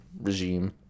regime